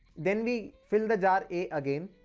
then we fill the jar a again.